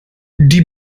die